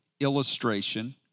illustration